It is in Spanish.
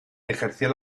ejerció